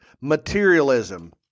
materialism